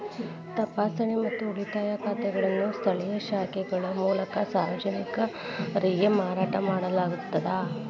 ತಪಾಸಣೆ ಮತ್ತು ಉಳಿತಾಯ ಖಾತೆಗಳನ್ನು ಸ್ಥಳೇಯ ಶಾಖೆಗಳ ಮೂಲಕ ಸಾರ್ವಜನಿಕರಿಗೆ ಮಾರಾಟ ಮಾಡಲಾಗುತ್ತದ